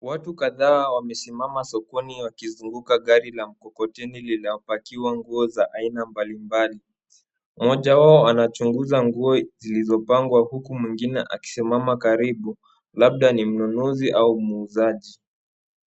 Watu kadhaa wamesimama sokoni wakizunguka gari la mkokoteni lililopakiwa nguo za aina mbalimbali. Mmoja wao anachunguza nguo zilizopangwa huku mwingine akisimama karibu labda ni mnunuzi au muuzaji.